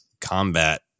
combat